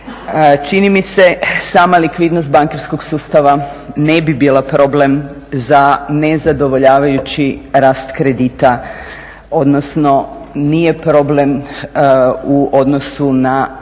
Čini mi se sama likvidnost bankarskog sustava ne bi bila problem za nezadovoljavajući rast kredita, odnosno nije problem u odnosu na